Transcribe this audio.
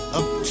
up